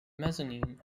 mezzanine